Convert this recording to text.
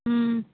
ਹੂੰ